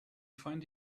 find